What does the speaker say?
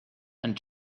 and